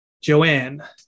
joanne